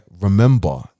Remember